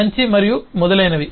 మంచి మరియు మొదలైనవి